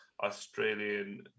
Australian